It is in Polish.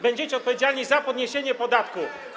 Będziecie odpowiedzialni za podniesienie podatku.